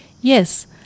Yes